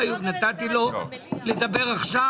נא לא לכבוש".